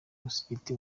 musigiti